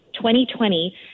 2020